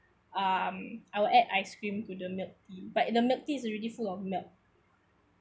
um I'll add ice cream to the milk tea but in the milk tea is already full of milk